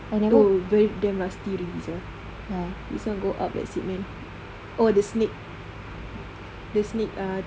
no very damn musty river ya this [one] go up that's it man oh the snake the snake ah tree